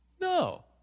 No